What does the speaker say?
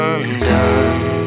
Undone